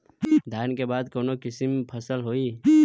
धान के बाद कऊन कसमक फसल होई?